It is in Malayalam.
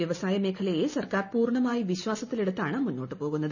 വ്യവസായ മേഖലയെ സർക്കാർ പൂർണ്ണമായി വിശ്വാസത്തിലെടുത്താണ് മുന്നോട്ടു പോകുന്നത്